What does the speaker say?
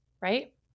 right